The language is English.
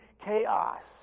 chaos